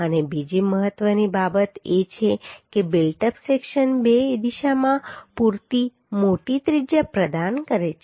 અને બીજી મહત્વની બાબત એ છે કે બિલ્ટ અપ સેક્શન બે દિશામાં પૂરતી મોટી ત્રિજ્યા પ્રદાન કરે છે